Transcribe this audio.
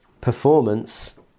performance